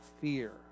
fear